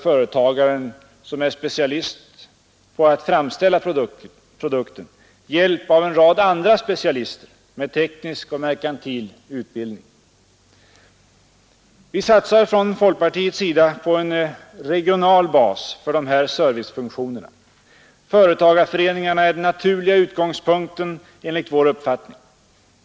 Företagaren, som är specialist på att framställa produkten, behöver hjälp av en rad andra specialister med teknisk och merkantil utbildning. Vi satsar från folkpartiets sida på en regional bas för de här servicefunktionerna, Företagareföreningarna är den naturliga utgångspunkten enligt vår uppfattning.